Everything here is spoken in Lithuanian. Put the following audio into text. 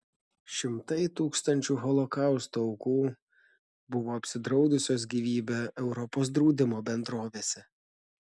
šimtai tūkstančių holokausto aukų buvo apsidraudusios gyvybę europos draudimo bendrovėse